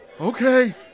okay